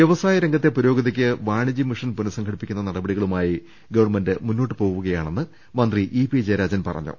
വ്യവസായ രംഗത്തെ പുരോഗതിക്ക് വാണിജ്യ മിഷൻ പുനസം ഘടിപ്പിക്കുന്ന നടപടികളുമായി ഗവൺമെന്റ് മുന്നോട്ട് പോകുക യാണെന്ന് മന്ത്രി ഇ പി ജയരാജൻ പറഞ്ഞു